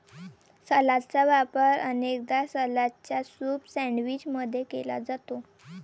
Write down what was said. सलादचा वापर अनेकदा सलादच्या सूप सैंडविच मध्ये केला जाते